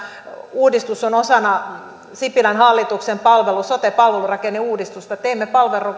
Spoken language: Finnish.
uudistus on osana sipilän hallituksen sote palvelurakenneuudistusta teemme